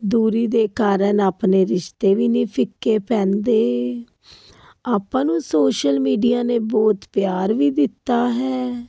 ਦੂਰੀ ਦੇ ਕਾਰਨ ਆਪਣੇ ਰਿਸ਼ਤੇ ਵੀ ਨਹੀਂ ਫਿੱਕੇ ਪੈਂਦੇ ਆਪਾਂ ਨੂੰ ਸੋਸ਼ਲ ਮੀਡੀਆ ਨੇ ਬਹੁਤ ਪਿਆਰ ਵੀ ਦਿੱਤਾ ਹੈ